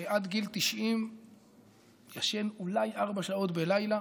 שעד גיל 90 ישן אולי ארבע שעות בלילה,